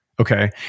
Okay